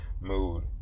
mood